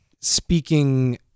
speaking